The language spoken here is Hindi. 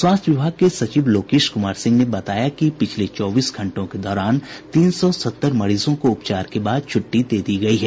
स्वास्थ्य विभाग के सचिव लोकेश कुमार सिंह ने बताया कि पिछले चौबीस घंटों के दौरान तीन सौ सत्तर मरीजों को उपचार के बाद छुट्टी दे दी गयी है